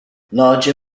larger